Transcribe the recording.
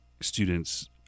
students